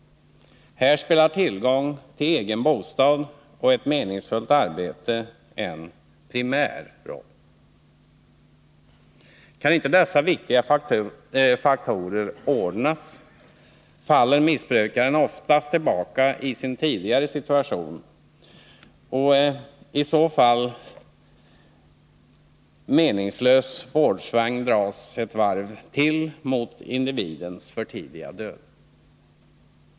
Här spelar tillgång till egen bostad och ett meningsfullt arbete en primär roll. Kan inte dessa viktiga faktorer ordnas faller missbrukaren oftast tillbaka i sin tidigare situation, och en i så fall meningslös vårdsväng dras ett varv till mot individens för tidiga död.